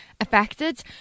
affected